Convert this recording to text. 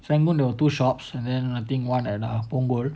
serangoon there were two shops and then I think one at uh punggol